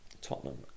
Tottenham